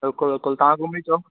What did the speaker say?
बिल्कुलु बिल्कुलु तव्हां घुमी अचो